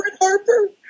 Harper